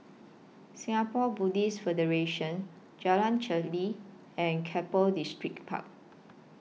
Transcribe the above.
Singapore Buddhist Federation Jalan Pacheli and Keppel Distripark